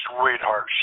sweetheart